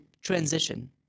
transition